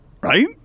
Right